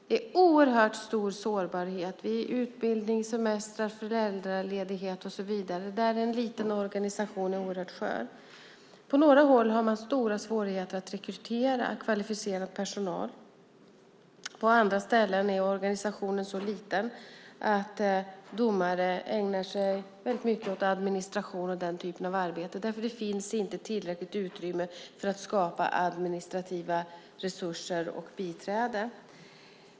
Det är oerhört stor sårbarhet vid utbildning, semestrar, föräldraledighet och så vidare där en liten organisation är oerhört skör. På några håll har man stora svårigheter att rekrytera kvalificerad personal. På andra ställen är organisationen så liten att domare ägnar sig väldigt mycket åt administration och den typen av arbete eftersom det inte finns tillräckligt med utrymme för att skapa administrativa resurser och biträde.